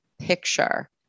picture